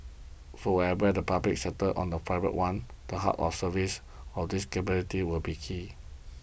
so whether the public sector on the private one the heart of service and these capabilities will be key